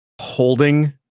holding